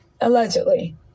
allegedly